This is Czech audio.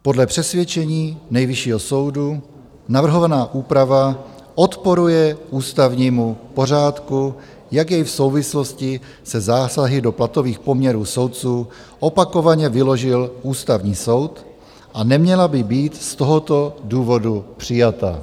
Podle přesvědčení Nejvyššího soudu navrhovaná úprava odporuje ústavnímu pořádku, jak jej v souvislosti se zásahy do platových poměrů soudců opakovaně vyložil Ústavní soud, a neměla by být z tohoto důvodu přijata.